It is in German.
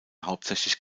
hauptsächlich